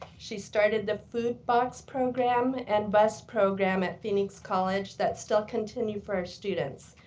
she started the food box program and bus program at phoenix college that still continues for our students.